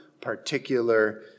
particular